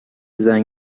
زنگ